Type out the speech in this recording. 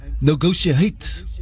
negotiate